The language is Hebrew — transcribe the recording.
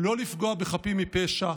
לא לפגוע בחפים מפשע.